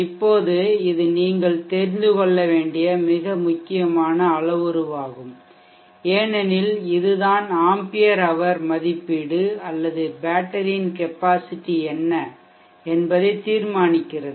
இப்போது இது நீங்கள் தெரிந்து கொள்ள வேண்டிய ஒரு முக்கியமான அளவுருவாகும் ஏனெனில் இது தான் ஆம்பியர் ஹவர் மதிப்பீடு அல்லது பேட்டரியின் கெப்பாசிட்டி என்ன என்பதை தீர்மானிக்கிறதது